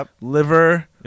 liver